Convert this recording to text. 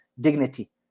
dignity